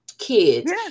kids